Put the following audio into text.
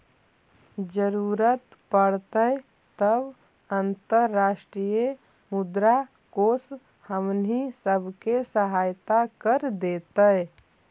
जरूरत पड़तई तब अंतर्राष्ट्रीय मुद्रा कोश हमनी सब के सहायता कर देतई